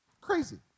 Crazy